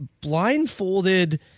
blindfolded